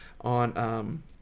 on